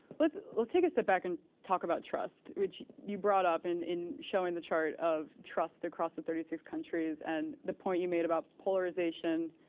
let's let's take a step back and talk about trust, which you brought up in in showing the chart of trust across the thirty six countries, and the point you made about polarization